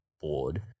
bored